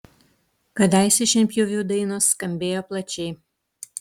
kadaise šienpjovių dainos skambėjo plačiai